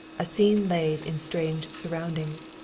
a scene laid in strange surroundings,